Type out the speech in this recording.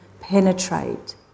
penetrate